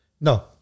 No